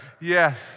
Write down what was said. Yes